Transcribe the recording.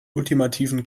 ultimativen